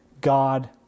God